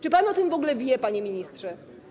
Czy pan o tym w ogóle wie, panie ministrze?